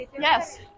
Yes